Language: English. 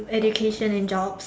education and jobs